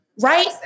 Right